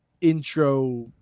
intro